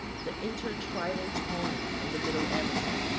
the inter-tribal tongue on the middle amazon.